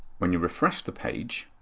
when you refresh the page,